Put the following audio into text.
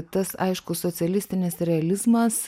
tas aišku socialistinis realizmas